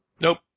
Nope